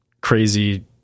crazy